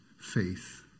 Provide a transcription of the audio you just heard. faith